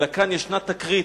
אלא כאן ישנה תקרית.